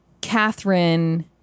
Catherine